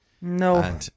No